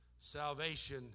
salvation